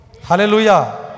Hallelujah